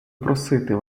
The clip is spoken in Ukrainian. просити